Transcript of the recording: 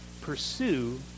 pursue